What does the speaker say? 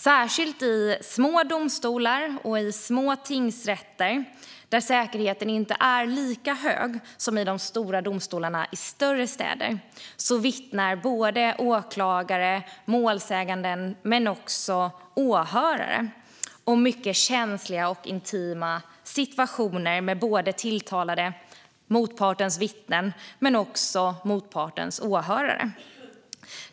Särskilt i små domstolar och i små tingsrätter, där säkerheten inte är lika hög som i de stora domstolarna i större städer, vittnar åklagare, målsägande och åhörare om mycket känsliga och intima situationer med tilltalade, motpartens vittnen och motpartens åhörare.